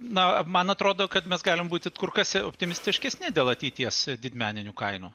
na man atrodo kad mes galim būti kur kas optimistiškesni dėl ateities didmeninių kainų